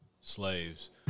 slaves